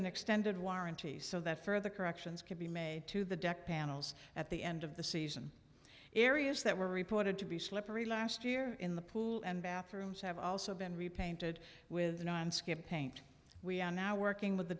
an extended warranty so that further corrections can be made to the deck panels at the end of the season areas that were reported to be slippery last year in the pool and bathrooms have also been repainted with paint we are now working with